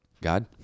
God